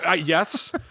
Yes